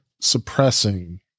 suppressing